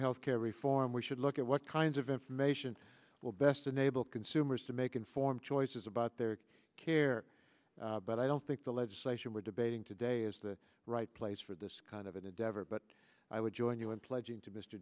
health care reform we should look at what kinds of information will best enable consumers to make informed choices about their care but i don't think the legislation we're debating today is the right place for this kind of an endeavor but i would join you in pledging to mr